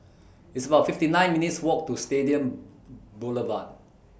It's about fifty nine minutes' Walk to Stadium Boulevard